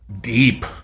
deep